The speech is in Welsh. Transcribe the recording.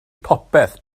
popeth